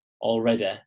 already